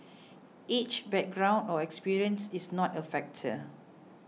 age background or experience is not a factor